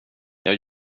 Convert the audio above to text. jag